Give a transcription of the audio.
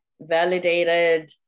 validated